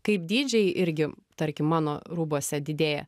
kaip dydžiai irgi tarkim mano rūbuose didėja